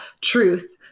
truth